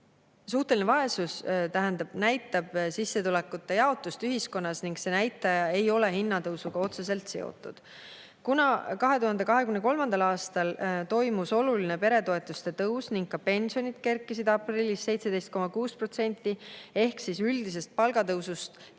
Suhteline vaesus näitab sissetulekute jaotust ühiskonnas ning see näitaja ei ole hinnatõusuga otseselt seotud. Kuna 2023. aastal toimus oluline peretoetuste tõus ning ka pensionid kerkisid aprillis 17,6% ehk üldisest palgatõusust kiiremini,